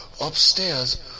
upstairs